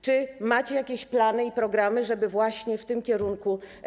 Czy macie jakieś plany i programy, żeby pójść w tym kierunku?